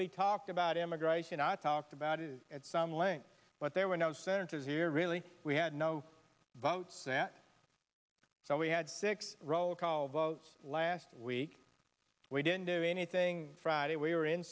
we talked about immigration i talked about it at some length but there were no senators here really we had no votes that so we had six roll call votes last week we didn't do anything friday we were in